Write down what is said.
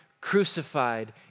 crucified